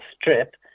Strip